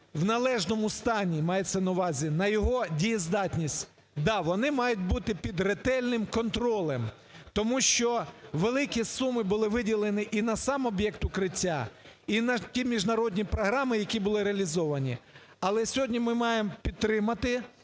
в належному стані, мається на увазі, на його дієздатність, вони мають бути під ретельним контролем. Тому що великі суми були виділені і на сам об'єкт "Укриття" і на ті міжнародні програми, які були реалізовані. Але сьогодні ми маємо підтримати